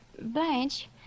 Blanche